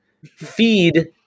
feed